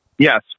Yes